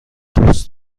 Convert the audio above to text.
دوست